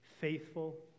Faithful